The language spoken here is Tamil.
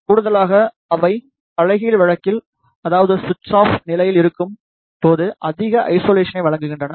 கூடுதலாக அவை தலைகீழ் வழக்கில் அதாவது சுவிட்ச் ஆஃப் நிலையில் இருக்கும்போது அதிக ஐசோலேசனை வழங்குகின்றன